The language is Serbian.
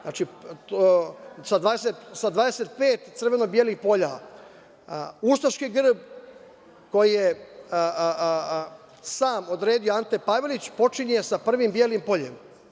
Znači, sa 25 crveno belih polja ustaški grb, koji je sam odredio Ante Pavelić, počinje sa prvi belim poljem.